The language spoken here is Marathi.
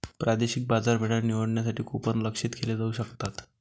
प्रादेशिक बाजारपेठा निवडण्यासाठी कूपन लक्ष्यित केले जाऊ शकतात